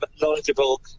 knowledgeable